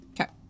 Okay